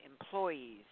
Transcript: employees